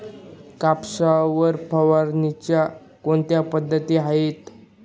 कापसावर फवारणीच्या कोणत्या पद्धती आहेत?